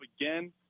again